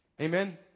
Amen